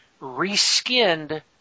reskinned